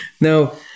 Now